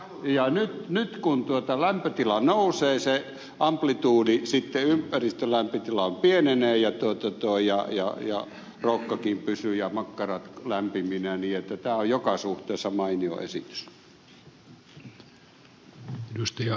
ja nyt kun lämpötila nousee se amplitudi ympäristölämpötila sitten pienenee ja rokka ja makkaratkin pysyvät lämpiminä niin että tämä on joka suhteessa mainio esitys